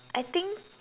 I think